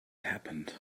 happened